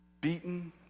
Beaten